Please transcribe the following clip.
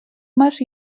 меш